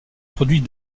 produit